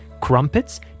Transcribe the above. crumpets